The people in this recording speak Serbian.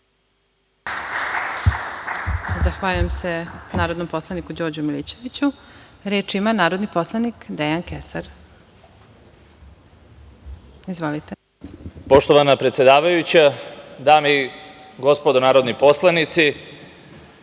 Zahvaljujem se narodnom poslaniku Đorđu Milićeviću. Reč ima narodni poslanik Dejan Kesar. Izvolite. **Dejan Kesar** Poštovana predsedavajuća, dame i gospodo narodni poslanici,